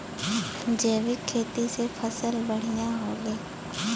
जैविक खेती से फसल बढ़िया होले